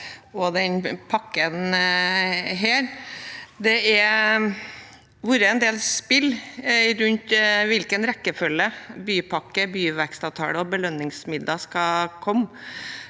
denne pakken. Det har vært en del spill rundt i hvilken rekkefølge bypakker, byvekstavtaler og belønningsmidler skal komme,